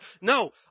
No